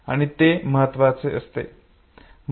आणि ते महत्वाचे असते